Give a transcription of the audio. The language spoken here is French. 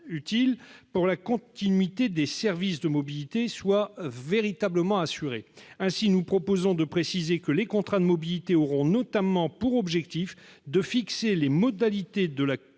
que la continuité des services de mobilité soit véritablement assurée. Ainsi, nous proposons de préciser que les contrats de mobilité auront notamment pour objectif de fixer les modalités de la coordination